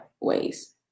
ways